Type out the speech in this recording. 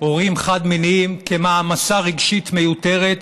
הורים חד-מיניים יהיו מעמסה רגשית מיותרת,